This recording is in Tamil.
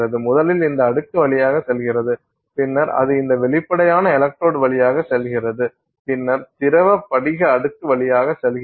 முதலில் இந்த அடுக்கு வழியாக செல்கிறது பின்னர் அது இந்த வெளிப்படையான எலக்ட்ரோடு வழியாக செல்கிறது பின்னர் திரவ படிக அடுக்கு வழியாக செல்கிறது